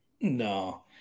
No